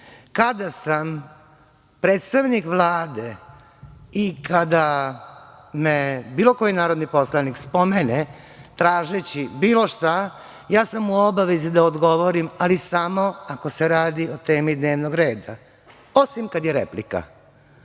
sam predstavnik Vlade i kada me bilo koji narodni poslanik spomene, tražeći bilo šta, ja sam u obavezi da odgovorim, ali samo ako se radi o temi dnevnog reda. Osim kad je replika.